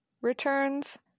returns